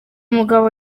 mugabo